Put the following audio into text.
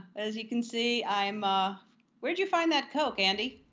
as you can see, i'm ah where'd you find that coke, andy?